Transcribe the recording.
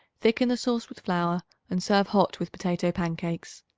thicken the sauce with flour and serve hot with potato pancakes.